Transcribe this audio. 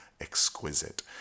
exquisite